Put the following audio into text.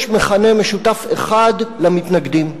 יש מכנה משותף אחד למתנגדים: